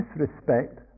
disrespect